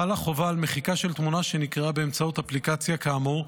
חלה חובה על מחיקה של תמונה שנקראה באמצעות אפליקציה כאמור,